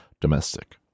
domestic